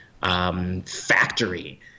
factory